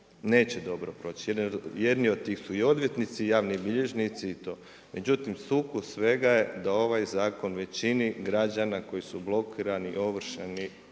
neće dobro proći. Jedni od tih su i odvjetnici i javni bilježnici i to. Međutim sukus svega je da ovaj zakon većini građana koji su blokirani, ovršeni